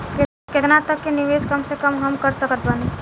केतना तक के निवेश कम से कम मे हम कर सकत बानी?